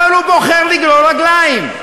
אבל הוא בוחר לגרור רגליים.